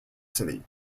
city